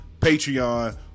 Patreon